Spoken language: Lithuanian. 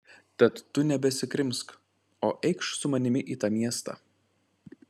tad tu nebesikrimsk o eikš su manimi į tą miestą